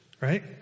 right